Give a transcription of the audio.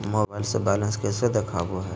Mobile से balance कैसे देखाबो है?